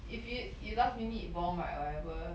if you you last minute bomb right or whatever